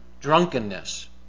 drunkenness